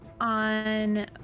On